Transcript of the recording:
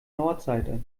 nordseite